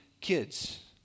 kids